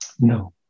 No